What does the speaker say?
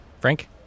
Frank